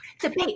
debate